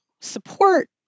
support